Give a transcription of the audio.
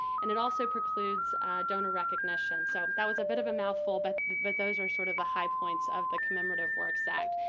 and it also precludes donor recognition so, that was a bit of a mouthful but but those are sort of the high points of the commemorative works act.